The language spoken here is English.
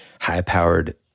high-powered